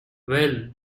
well